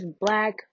black